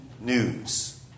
news